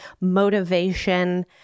motivation